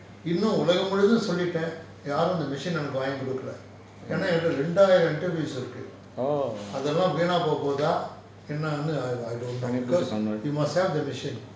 இன்னு ஒலகம் முழுதும் சொல்லிட்டேன் யாரும் அந்த:innum olagam muluthum sollitaen yarum antha machine ah எனக்கு வாங்கி குடுக்கல்ல ஏனா என்ட ரெண்டாயிரம்:enaku vangi kudukala yenna enda rendaayiram interviews அதல்லாம் வீனா போபோதா என்னான்னு:athellam veena popotha ennannu I I don't know because you must have the machine